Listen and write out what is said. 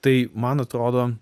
tai man atrodo